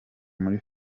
muri